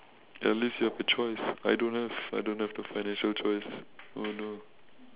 at least you have a choice I don't have I don't have the financial choice oh no